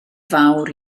fawr